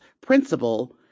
principle